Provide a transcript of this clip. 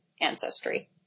ancestry